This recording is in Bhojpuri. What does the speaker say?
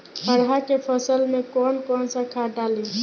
अरहा के फसल में कौन कौनसा खाद डाली?